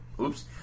oops